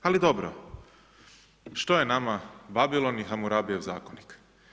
Ali dobro, što je nama Babilon i Hamurabijev zakonik?